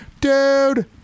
DUDE